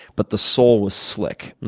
but the sole was slick.